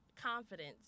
confidence